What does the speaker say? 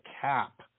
cap